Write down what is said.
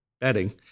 betting